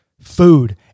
food